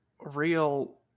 real